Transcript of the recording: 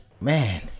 man